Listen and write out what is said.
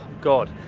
God